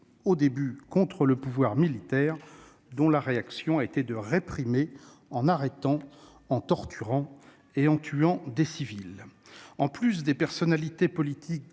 au début -contre le pouvoir militaire, dont la réaction a été de réprimer en arrêtant, en torturant et en tuant des civils. En plus des personnalités politiques,